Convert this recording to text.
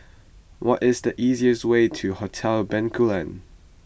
what is the easiest way to Hotel Bencoolen